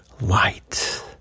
light